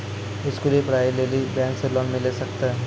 स्कूली पढ़ाई लेली बैंक से लोन मिले सकते?